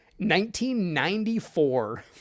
1994